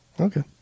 Okay